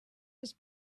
his